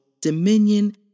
dominion